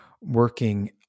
working